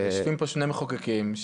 יושבים פה שני מחוקקים,